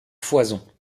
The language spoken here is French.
foison